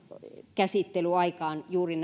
käsittelyaikaan juuri